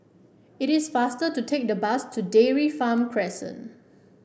it is faster to take the bus to Dairy Farm Crescent